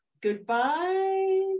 goodbye